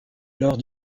lors